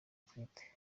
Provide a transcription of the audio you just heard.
atwite